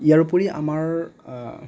ইয়াৰোপৰি আমাৰ